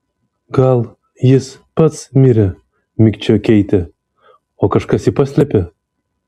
gal jis pats mirė mikčiojo keitė o kažkas jį paslėpė